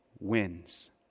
wins